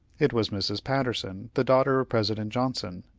it was mrs. patterson, the daughter of president johnson,